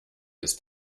ist